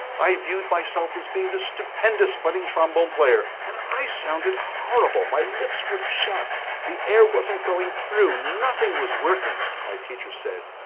i viewed myself as being the stupendous, budding trombone player and i sounded horrible, my, lips, were chapped the air wasn't going through nothing, was working my teacher said